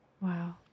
Wow